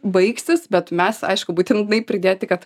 baigsis bet mes aišku būtinai pridėti kad